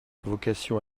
vocation